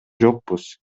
жокпуз